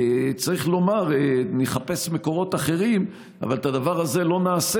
צריך לומר שנחפש מקורות אחרים אבל את הדבר הזה לא נעשה,